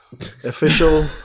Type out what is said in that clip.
Official